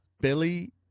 billy